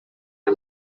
aya